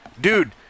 Dude